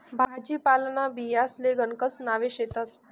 भाजीपालांना बियांसले गणकच नावे शेतस